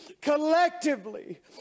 Collectively